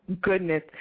goodness